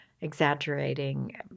exaggerating